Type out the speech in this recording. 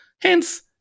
hence